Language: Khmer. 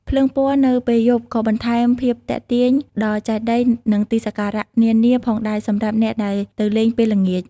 ភ្លើងពណ៌នៅពេលយប់ក៏បន្ថែមភាពទាក់ទាញដល់ចេតិយនិងទីសក្ការៈនានាផងដែរសម្រាប់អ្នកដែលទៅលេងពេលល្ងាច។